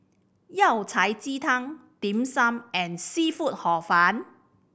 Yao Cai ji tang Dim Sum and seafood Hor Fun